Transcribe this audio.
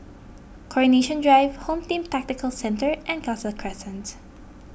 Coronation Drive Home Team Tactical Centre and Khalsa Crescent